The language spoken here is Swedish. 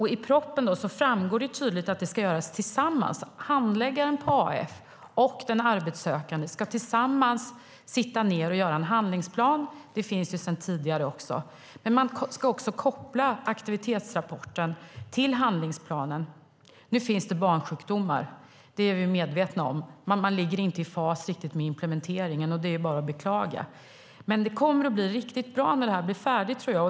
I propositionen framgår det tydligt att handläggaren på Arbetsförmedlingen och den arbetssökande tillsammans ska sitta ned och göra en handlingsplan. Det finns sedan tidigare också. Men man ska också koppla aktivitetsrapporten till handlingsplanen. Nu finns det barnsjukdomar; det är vi medvetna om. Man ligger inte riktigt i fas med implementeringen, och det är bara att beklaga. Men jag tror att detta kommer att bli riktigt bra när det blir färdigt.